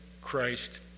Christ